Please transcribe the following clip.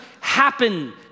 happen